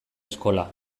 eskola